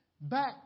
Back